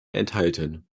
enthalten